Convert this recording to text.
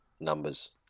numbers